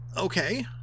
Okay